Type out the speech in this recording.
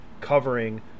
covering